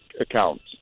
accounts